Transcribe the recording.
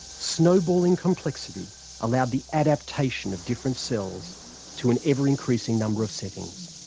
snowballing complexity allowed the adaptation of different cells to an ever-increasing number of settings.